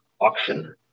auction